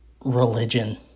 religion